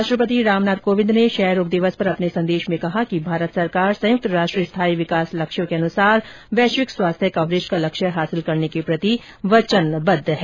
राष्ट्रपति रामनाथ कोविंद ने क्षय रोग दिवस पर अपने संदेश में कहा कि भारत सरकार संयुक्त राष्ट्र स्थायी विकास लक्ष्यों के अनुसार वैश्विक स्वास्थ्य कवरेज का लक्ष्य हासिल करने के प्रति वचनबद्व है